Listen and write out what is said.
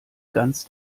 ganz